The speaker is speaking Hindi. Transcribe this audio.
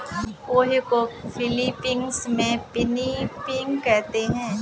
पोहे को फ़िलीपीन्स में पिनीपिग कहते हैं